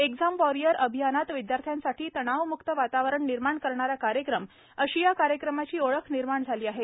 exam warrior अभियानात विदयार्थ्यांसाठी तणावमुक्त वातावरण निर्माण करणारा कार्यक्रम अशी या कार्यक्रमाची ओळख निर्माण झाली आहे